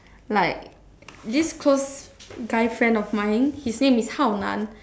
like this close guy friend of mine his name is hao nan